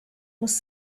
was